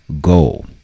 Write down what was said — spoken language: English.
goal